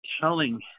telling